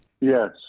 Yes